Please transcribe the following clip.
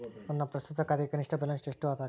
ನನ್ನ ಪ್ರಸ್ತುತ ಖಾತೆಗೆ ಕನಿಷ್ಠ ಬ್ಯಾಲೆನ್ಸ್ ಎಷ್ಟು ಅದರಿ?